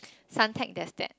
Suntec there's that